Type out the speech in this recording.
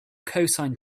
cosine